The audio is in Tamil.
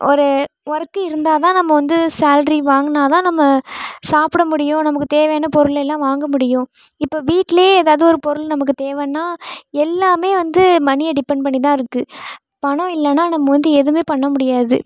ஒரு ஒர்க்கு இருந்தால்தான் நம்ம வந்து சேல்ரி வாங்கினாதான் நம்ம சாப்பிட முடியும் நமக்கு தேவையான பொருளெல்லாம் வாங்க முடியும் இப்போ வீட்டிலே ஏதாவது ஒரு பொருள் நமக்கு தேவைன்னா எல்லாமே வந்து மணியை டிப்பெண்ட் பண்ணிதான் இருக்குது பணம் இல்லைனா நம்ம வந்து எதுவுமே பண்ணமுடியாது